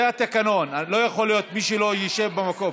זה התקנון, לא יכול להיות, מי שלא ישב במקום,